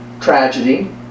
tragedy